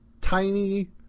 tiny